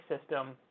system